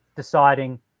deciding